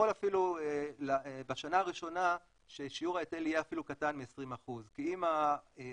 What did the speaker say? יכול בשנה הראשונה ששיעור ההיטל יהיה אפילו קטן מ-20% כי אם המיזם